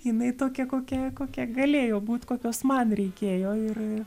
jinai tokia kokia kokia galėjo būt kokios man reikėjo ir